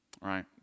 Right